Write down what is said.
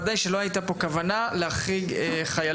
בוודאי שלא הייתה פה כוונה להחריג חיילות.